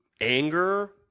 anger